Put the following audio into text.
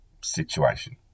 situation